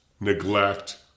neglect